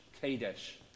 Kadesh